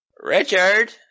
Richard